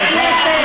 חברי הכנסת,